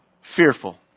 fearful